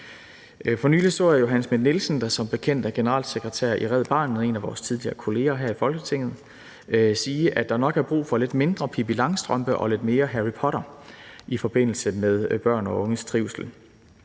For nylig så jeg Johanne Schmidt-Nielsen, der som bekendt er generalsekretær i Red Barnet og en af vores tidligere kolleger her i Folketinget, sige, at der nok er brug for lidt mindre Pippi Langstrømpe og lidt mere Harry Potter i forbindelse med børn og unges trivsel.